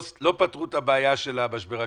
לא פתרו את הבעיה של משבר הקורונה,